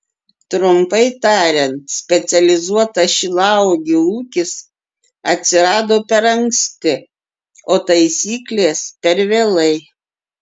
trumpai tariant specializuotas šilauogių ūkis atsirado per anksti o taisyklės per vėlai